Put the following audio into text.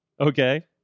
Okay